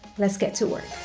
let's get to work.